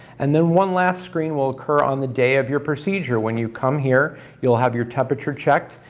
and then one last screen will occur on the day of your procedure. when you come here you'll have your temperature checked,